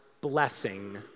blessing